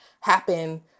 happen